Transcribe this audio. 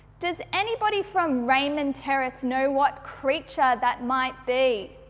does anybody from raymond terrace know what creature that might be?